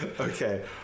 Okay